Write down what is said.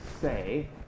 say